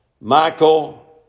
Michael